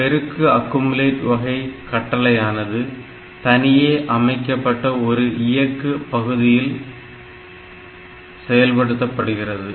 பெருக்கு அக்குமுலேட் வகை கட்டளையானது தனியே அமைக்கப்பட்ட ஒரு இயக்கு பகுதியால் செயல்படுத்தப்படுகிறது